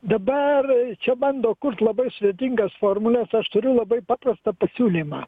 dabar čia bando kurt labai sudėtingas formules aš turiu labai paprastą pasiūlymą